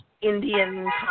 Indian